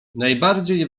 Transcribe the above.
najbardziej